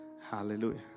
Hallelujah